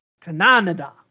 Canada